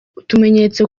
utumenyetso